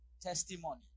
testimony